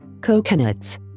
Coconuts